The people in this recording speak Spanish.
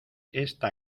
esta